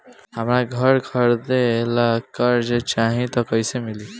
हमरा घर खरीदे ला कर्जा चाही त कैसे मिली?